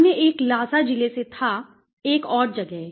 अन्य एक ल्हासा जिले से था एक और जगह